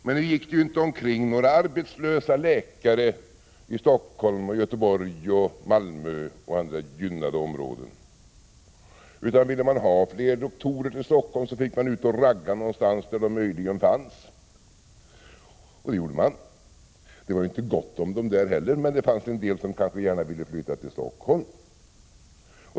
Men nu gick det ju inte omkring några arbetslösa läkare i Stockholm, Göteborg och Malmö och andra gynnade områden, utan ville man ha fler doktorer till Stockholm fick man ge sig ut och ragga någonstans där de möjligen fanns. Och det gjorde man. Det var inte gott om dem där heller, men det fanns en del som gärna ville flytta till Stockholm.